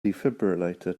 defibrillator